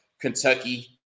Kentucky